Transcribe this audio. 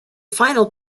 final